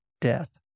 death